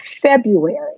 February